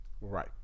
Right